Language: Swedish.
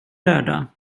döda